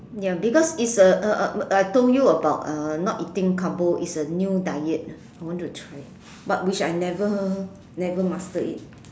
ya because it's the uh I told you about uh not eating carbo it's a new diet I want to try but which I never never master it